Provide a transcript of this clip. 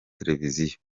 televiziyo